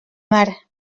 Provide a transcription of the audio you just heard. mar